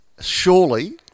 Surely